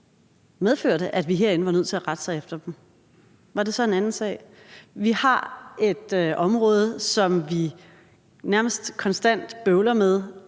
medførte, at vi herinde var nødt til at rette os efter dem, var det så en anden sag? Vi har et område, som vi nærmest konstant bøvler med,